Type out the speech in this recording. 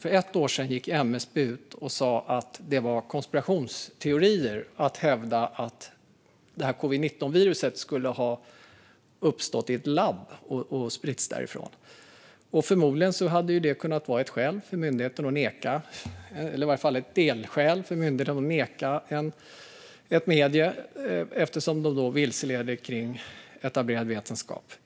För ett år sedan gick MSB ut och sa att det var konspirationsteorier att hävda att covid-19-viruset skulle ha uppstått i ett labb och spridits därifrån. Förmodligen hade det kunnat vara ett skäl, eller i varje fall ett delskäl, för myndigheten till att neka ett medium stöd eftersom det då vilseledde kring etablerad vetenskap.